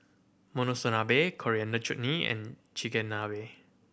Monsunabe Coriander Chutney and Chigenabe